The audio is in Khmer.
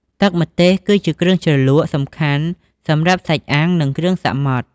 ទឹកម្ទេសគឺជាគ្រឿងជ្រលក់សំខាន់សម្រាប់សាច់អាំង និងគ្រឿងសមុទ្រ។